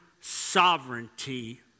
sovereignty